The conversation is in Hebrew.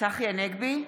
צחי הנגבי,